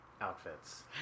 Outfits